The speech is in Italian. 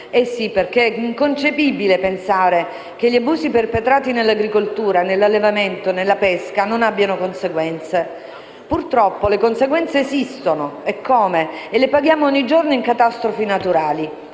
Sì, perché è inconcepibile pensare che gli abusi perpetrati nell'agricoltura, nell'allevamento e nella pesca non abbiano conseguenze. Purtroppo le conseguenze esistono eccome e le paghiamo ogni giorno in catastrofi naturali.